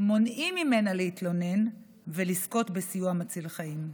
מונעים ממנה להתלונן ולזכות בסיוע מציל חיים.